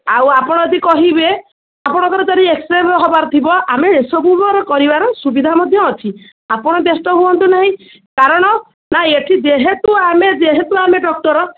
ଆଉ ଆପଣ ଯଦି କହିବେ ଆପଣଙ୍କର ଯଦି ଏକ୍ସରେ ବି ହେବାର ଥିବ ଆମେ ଏସବୁବର କରିବାର ସୁବିଧା ମଧ୍ୟ ଅଛି ଆପଣ ବ୍ୟସ୍ତ ହୁଅନ୍ତୁ ନାହିଁ କାରଣ ନାଁ ଏଠି ଯେହେତୁ ଆମେ ଯେହେତୁ ଆମେ ଡକ୍ଟର୍